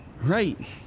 Right